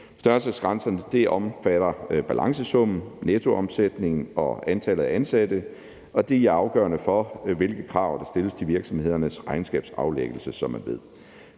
Størrelsesgrænserne omfatter balancesummen, nettoomsætningen og antallet af ansatte, og de er afgørende for, hvilke krav der stilles til virksomhedernes regnskabsaflæggelse, som man ved.